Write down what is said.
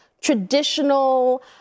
traditional